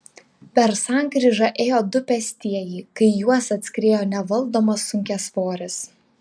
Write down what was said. per sankryžą ėjo du pėstieji kai į juos atskriejo nevaldomas sunkiasvoris